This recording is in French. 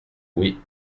oui